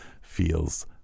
feels